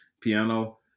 piano